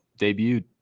debuted